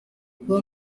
kuba